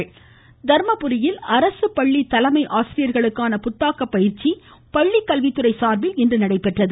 பயிற்சி தர்மபுரியில் அரசு பள்ளி தலைமை ஆசிரியர்களுக்கான புத்தாக்க பயிற்சி பள்ளிக்கல்வித்துறை சார்பில் இன்று நடைபெற்றது